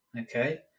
okay